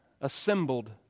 assembled